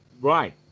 Right